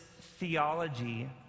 theology